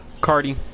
Cardi